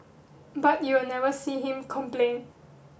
but you will never see him complain